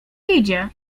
idzie